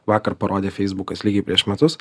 vakar parodė feisbukas lygiai prieš metus